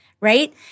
right